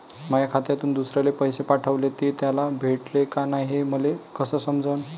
माया खात्यातून दुसऱ्याले पैसे पाठवले, ते त्याले भेटले का नाय हे मले कस समजन?